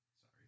Sorry